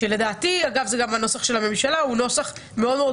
זה גם הנוסח של הממשלה ולדעתי הוא נוסח מאוד-מאוד